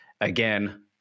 again